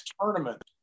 tournament